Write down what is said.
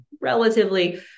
relatively